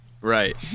Right